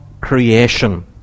creation